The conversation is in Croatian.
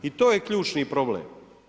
I to je ključni problem.